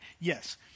yes